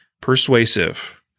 persuasive